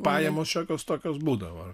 pajamos šiokios tokios būdavo